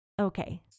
Okay